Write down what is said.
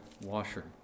Washer